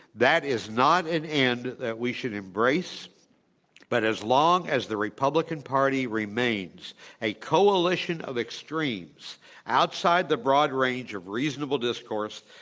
that is not an end and that we should embrace but as long as the republican party remains a coalition of extremes outside the broad range of reasonable discourse,